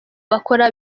bakora